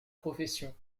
profession